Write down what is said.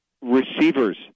receivers